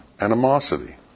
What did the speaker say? animosity